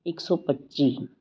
ਇੱਕ ਸੌ ਪੱਚੀ